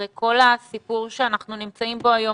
הרי כל הסיפור שאנחנו נמצאים בו היום,